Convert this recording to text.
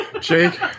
Jake